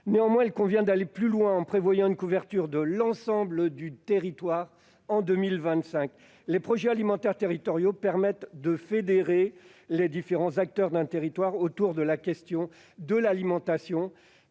Néanmoins, il convient d'aller plus loin, en prévoyant une couverture de l'ensemble du territoire en 2025. Les projets alimentaires territoriaux permettent de fédérer les différents acteurs d'un territoire autour de la question de l'alimentation,